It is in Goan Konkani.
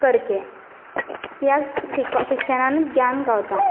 करचे कित्याक शिक्षणानूच ज्ञान गावता